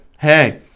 hey